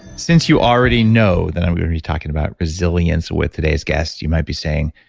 since you already know that i'm going to be talking about resilience with today's guests, you might be saying,